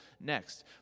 next